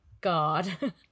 god